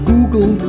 Google